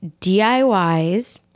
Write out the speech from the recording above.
DIYs